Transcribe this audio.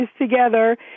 together